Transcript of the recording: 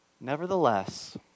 Nevertheless